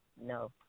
no